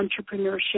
entrepreneurship